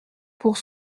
pour